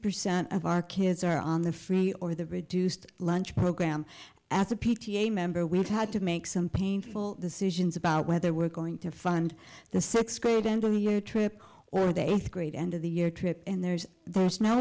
percent of our kids are on the free or the reduced lunch program as a p t a member we've had to make some painful decisions about whether we're going to fund the sixth grade and one year trip or a day great end of the year trip and there's there's no